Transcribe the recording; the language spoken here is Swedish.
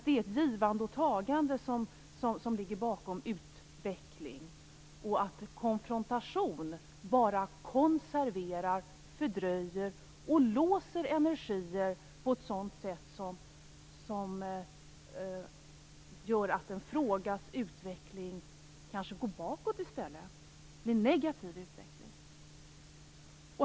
Det är ett givande och ett tagande som ligger bakom utveckling, och konfrontation bara konserverar, fördröjer och låser energier på ett sådant sätt att en frågas utveckling kanske går bakåt och blir negativ.